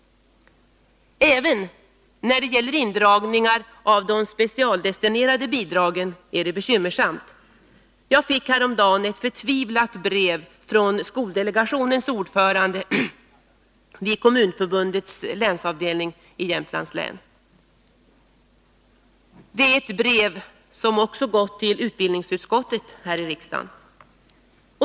Även när det gäller indragningar av de specialdestinerade bidragen är det bekymmersamt. Jag fick häromdagen ett förtvivlat brev från skoldelegationens ordförande vid Kommunförbundets länsavdelning i Jämtlands län. Det är ett brev som också gått till utbildningsutskottet här i riksdagen.